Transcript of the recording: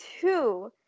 two